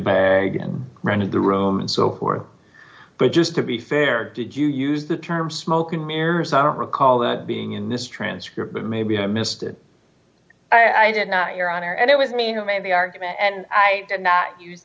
and rented the room and so forth but just to be fair did you use the term smoke and mirrors i don't recall that being in this transcript but maybe i missed it i did not your honor and it was mean or maybe argument and i did not use